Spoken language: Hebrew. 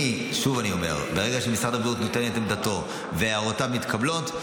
שוב אני אומר: ברגע שמשרד הבריאות נותן את עמדתו והערותיו מתקבלות,